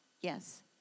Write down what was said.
Yes